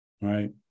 right